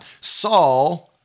Saul